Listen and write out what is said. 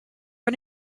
run